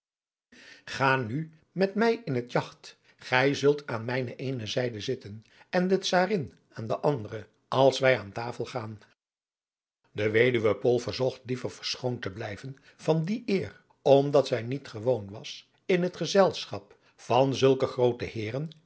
ga nu met mij in het jagt gij zult aan mijne eene zijde zitten en de czarin aan de andere als wij aan tasel gaan de weduwe pool verzocht liever verschoond te blijven van die eer omdat zij niet gewoon was in het gezelschap van zulke groote heeren